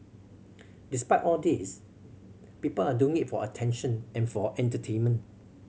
despite all these people are doing it for attention and for entertainment